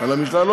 על המשלחת.